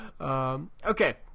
Okay